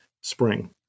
spring